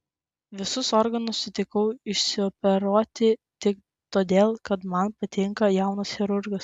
visus organus sutikau išsioperuoti tik todėl kad man patinka jaunas chirurgas